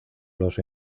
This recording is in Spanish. los